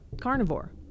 carnivore